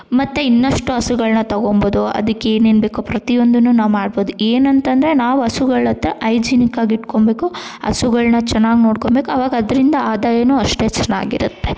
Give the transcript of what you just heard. ಮತ್ತು ಇನ್ನಷ್ಟು ಹಸುಗಳ್ನ ತಗೊಬೋದು ಅದಕ್ಕೇನೇನು ಬೇಕೊ ಪ್ರತಿ ಒಂದನ್ನು ನಾವು ಮಾಡ್ಬೋದು ಏನಂತಂದರೆ ನಾವು ಹಸುಗಳತ್ತ ಐಜೀನಿಕಾಗಿ ಇಟ್ಕೊಬೇಕು ಹಸುಗಳ್ನ ಚೆನ್ನಾಗ್ ನೋಡ್ಕೊಬೇಕು ಅವಾಗ ಅದರಿಂದ ಆದಾಯ ಅಷ್ಟೇ ಚೆನ್ನಾಗಿರತ್ತೆ